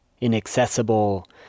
inaccessible